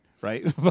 right